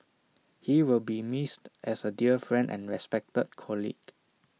he will be missed as A dear friend and respected colleague